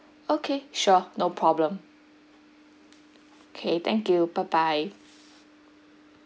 okay sure no problem okay thank you bye bye